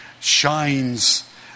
shines